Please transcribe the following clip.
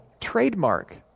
trademark